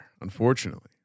Unfortunately